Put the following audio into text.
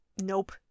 Nope